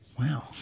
Wow